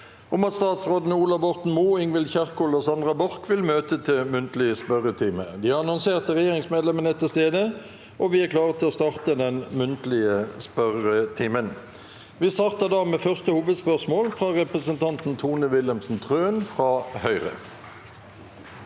om at statsrådene Ola Borten Moe, Ingvild Kjerkol og Sandra Borch vil møte til muntlig spørretime. De annonserte regjeringsmedlemmene er til stede, og vi er klare til å starte den muntlige spørretimen. Vi starter da med første hovedspørsmål, fra representanten Tone Wilhelmsen Trøen. Tone